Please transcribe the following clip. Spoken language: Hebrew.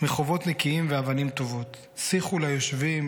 מרחובות נקיים ואבנים טובות / שיחו ליושבים,